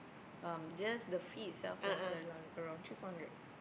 um just the fee itself lah around three four hundred